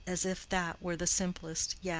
as if that were the simplest yes.